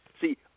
See